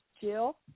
Jill